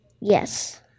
Yes